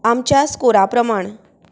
आमच्या स्कॉरा प्रमाण